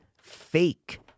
fake